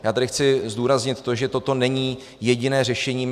Já tady chci zdůraznit to, že toto není jediné řešení.